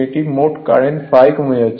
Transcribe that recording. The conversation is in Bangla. এটি মোট কারেন্ট ∅ যাচ্ছে